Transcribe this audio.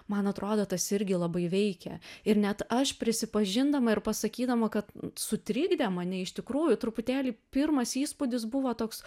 man atrodo tas irgi labai veikia ir net aš prisipažindama ir pasakydama kad sutrikdė mane iš tikrųjų truputėlį pirmas įspūdis buvo toks